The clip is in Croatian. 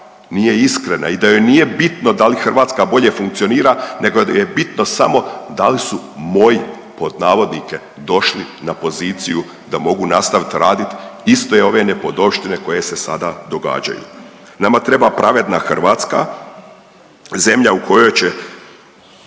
nije iskrena i da joj nije bitno da li Hrvatska bolje funkcionira, nego joj je bitno samo da li su moji pod navodnike došli na poziciju da mogu nastavit raditi iste ove nepodopštine koje se sada događaju. Nama treba pravedna Hrvatska, zemlja u kojoj će